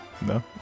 No